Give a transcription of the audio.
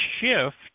shift